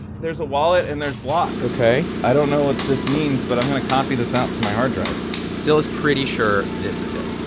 there's a wallet. and there's blocks ok i don't know what this means, but i'm going to copy this out to my hard drive syl is pretty sure this is it.